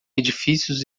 edifícios